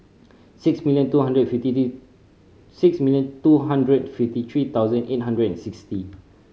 six million two hundred six million two hundred fifty three thousand eight hundred and sixty